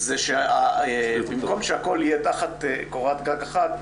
זה שבמקום שהכל יהיה תחת קורת גג אחת,